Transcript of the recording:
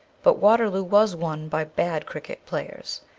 but waterloo was won by bad cricket-players,